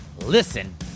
Listen